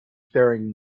faring